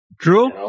True